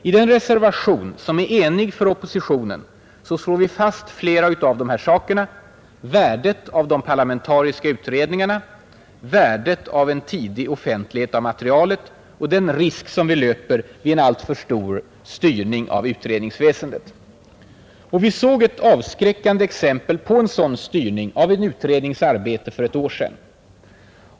I den reservation, som är enig för oppositionen, slår vi fast flera av de här sakerna: värdet av de parlamentariska utredningarna, värdet av tidig offentlighet av materialet och den risk vi löper vid alltför stor styrning av utredningsväsendet. Vi såg ett avskräckande exempel på en sådan styrning av en utrednings arbete för ett år sen.